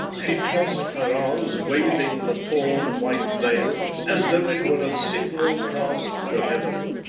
she tossed her arms, waving the torn, white veil as though it were a signal cast to heaven.